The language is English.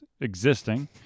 existing